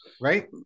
Right